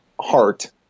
heart